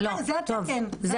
זאת אחת הבעיות.